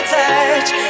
touch